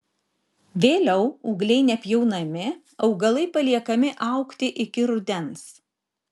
vėliau ūgliai nepjaunami augalai paliekami augti iki rudens